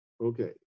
okay